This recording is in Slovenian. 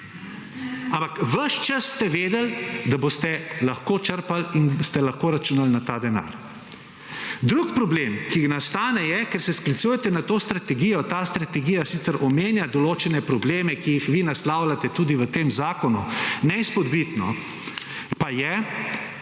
Ampak ves čas ste vedeli, da boste lahko črpali in ste lahko računali na ta denar. Drug problem, ki nastane, je, ker se sklicujete na to strategijo. Ta strategija sicer omenja določene probleme, ki jih vi naslavljate tudi v tem zakonu. Neizpodbitno pa je,